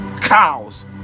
cows